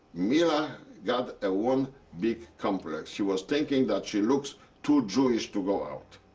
mila got a one big complex. she was thinking that she looks too jewish to go out.